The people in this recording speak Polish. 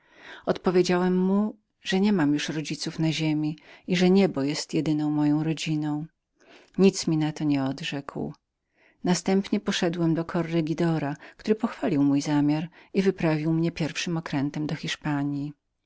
odpowiedziałem mu że nie miałem już rodziców na ziemi i że niebo było jedyną moją rodziną nic mi na to nie odrzekł następnie poszedłem do korregidora który pochwalił mój zamiar i kazał mnie odwieźć do